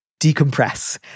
decompress